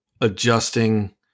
adjusting